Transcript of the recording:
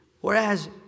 Whereas